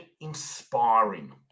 inspiring